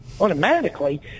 Automatically